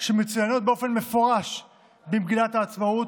שמצוינים באופן מפורש במגילת העצמאות,